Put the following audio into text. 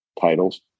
titles